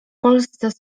polsce